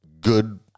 good